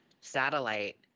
satellite